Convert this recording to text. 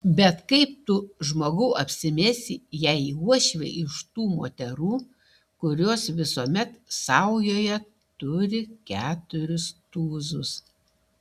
bet kaip tu žmogau apsimesi jei uošvė iš tų moterų kurios visuomet saujoje turi keturis tūzus